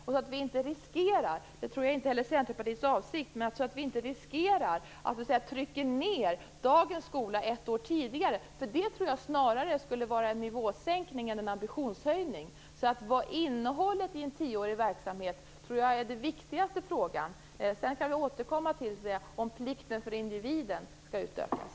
Vi får inte riskera - det tror jag inte heller är Centerpartiets avsikt - att vi så att säga trycker ned dagens skola ett år tidigare. Det tror jag snarare skulle vara en nivåsänkning än en ambitionshöjning. Innehållet i en tioårig verksamhet tror jag är den viktigaste frågan. Sedan kan vi återkomma till huruvida plikten för individen skall utökas.